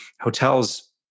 hotels